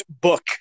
book